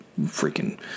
freaking